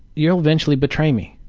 you'll eventually betray me.